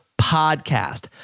Podcast